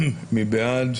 מי בעד?